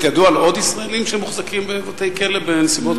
ידוע על עוד ישראלים שמוחזקים בבתי-כלא בנסיבות כאלה?